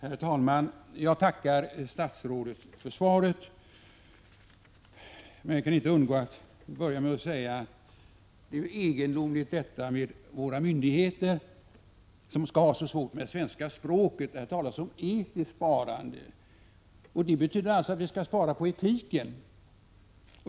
Herr talman! Jag tackar statsrådet för svaret, men jag kan inte undgå att börja med att säga att det är egendomligt att våra myndigheter skall ha så svårt med svenska språket. Här talas om ”etiskt sparande”. Det betyder alltså att vi skall spara på etiken.